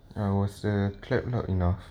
was the clap loud enough